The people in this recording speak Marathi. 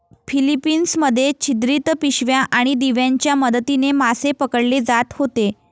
फिलीपिन्स मध्ये छिद्रित पिशव्या आणि दिव्यांच्या मदतीने मासे पकडले जात होते